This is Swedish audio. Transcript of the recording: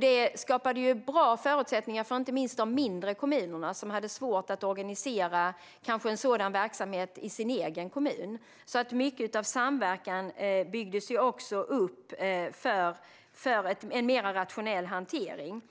Det skapade bra förutsättningar för inte minst de mindre kommunerna, som kanske hade svårt att organisera en sådan verksamhet i den egna kommunen. Mycket av samverkan byggdes också upp för en mer rationell hantering.